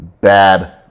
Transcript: bad